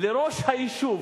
לראש היישוב.